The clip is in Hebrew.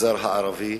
במגזר הערבי.